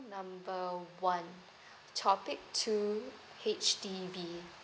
number one topic two H_D_B